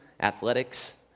athletics